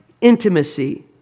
intimacy